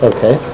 Okay